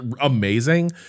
amazing